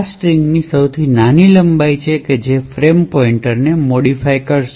આ સ્ટ્રિંગ સૌથી નાની લંબાઈ ની છે જે ફ્રેમ પોઇન્ટરને મોડીફાય કરશે